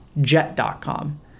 Jet.com